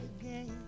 again